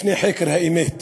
לפני חקר האמת.